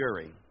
jury